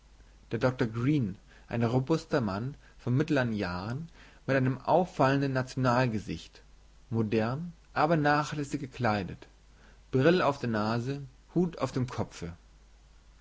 der doktor green ein robuster mann von mittlern jahren mit einem auffallenden nationalgesicht modern aber nachlässig gekleidet brill auf der nase hut auf dem kopfe